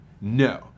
No